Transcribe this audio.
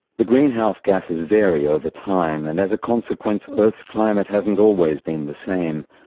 the greenhouse gases vary over time and as a consequence earth's climate hasn't always been the same.